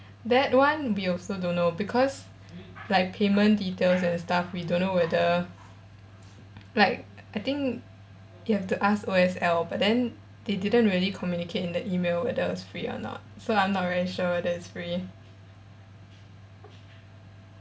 that one we also don't know because like payment details and stuff we don't know whether like I think you have to ask O_S_L but then they didn't really communicate in the email whether it's free or not so I'm not very sure whether it's free